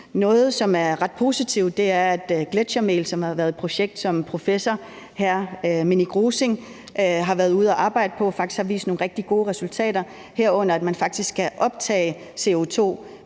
Noget, som er ret positivt, er, at gletsjermel, som indgår i et projekt, som professor Minik Rosing har været ude at arbejde på, faktisk har vist nogle rigtig gode resultater, herunder at man faktisk kan optage CO2